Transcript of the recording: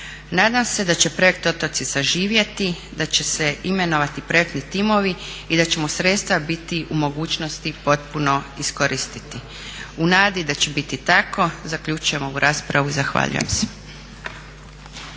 Nadam se da će projekt Otoci saživjeti, da će se imenovati projektni timovi i da ćemo sredstva biti u mogućnosti potpuno iskoristiti. U nadi da će biti tako zaključujem ovu raspravu i zahvaljujem.